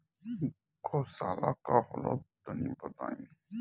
गौवशाला का होला तनी बताई?